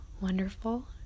wonderful